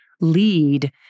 lead